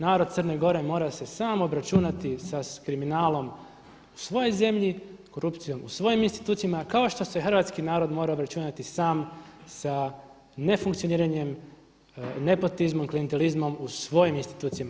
Narod Crne Gore mora se sam obračunati sa kriminalom u svojoj zemlji, korupcijom u svojim institucijama kao što se Hrvatski narod mora obračunati sam sa nefunkcioniranjem, nepotizmom, klijentelizmom u svojim institucijama.